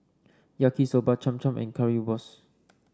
Yaki Soba Cham Cham and Currywurst